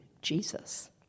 Jesus